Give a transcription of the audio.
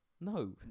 No